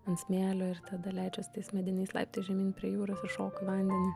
ant smėlio ir tada leidžiuos tais mediniais laiptais žemyn prie jūros įšoku į vandenį